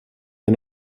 wir